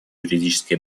юридически